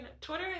Twitter